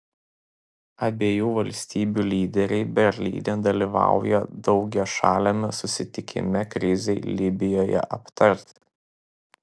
abiejų valstybių lyderiai berlyne dalyvauja daugiašaliame susitikime krizei libijoje aptarti